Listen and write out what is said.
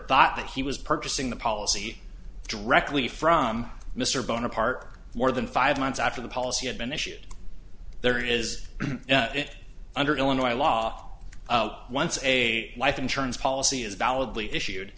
thought that he was purchasing the policy directly from mr bonaparte more than five months after the policy had been issued there is it under illinois law once a life insurance policy is validly issued